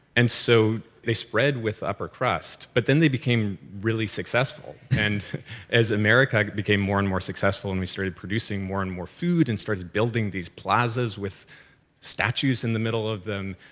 so, they spread with upper crust but then they became really successful, and as america became more and more successful and we started producing more and more food and started building these plazas with statues in the middle of them,